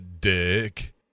dick